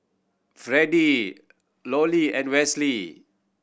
Freddie Lorie and Westley